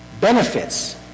benefits